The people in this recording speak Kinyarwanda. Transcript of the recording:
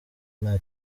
nta